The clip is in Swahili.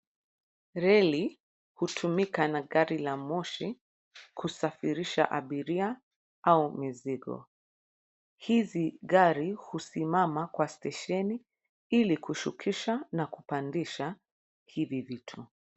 Reli, hutumika na gari la moshi kusafirisha abiria au mizigo. Hizi gari husimama kwa stesheni ili kushukisha na kupandisha hivi vitu.